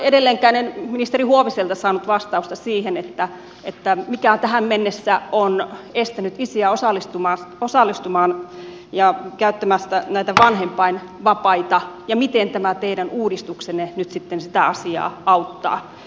edelleenkään en ministeri huoviselta saanut vastausta siihen mikä tähän mennessä on estänyt isiä osallistumaan ja käyttämään näitä vanhempainvapaita ja miten tämä teidän uudistuksenne nyt sitten sitä asiaa auttaa